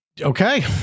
Okay